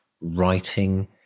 writing